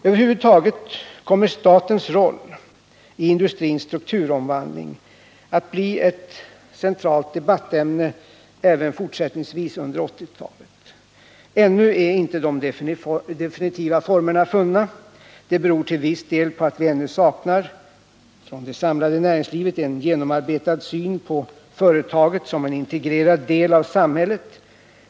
Över huvud taget kommer statens roll i industrins strukturomvandling att bli ett centralt debattämne även fortsättningsvis under 1980-talet. Ännu är inte de definitiva formerna funna. Detta beror till viss del på att vi ännu saknar, ifrån det samlade näringslivet. en genomarbetad syn på företaget som en integrerad del av samhället.